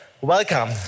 Welcome